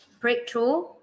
breakthrough